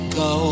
go